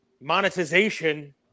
monetization